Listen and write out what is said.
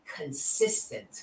consistent